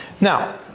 Now